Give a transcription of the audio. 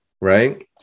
right